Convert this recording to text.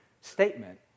statement